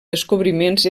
descobriments